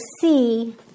see